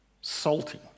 salty